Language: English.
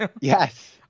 Yes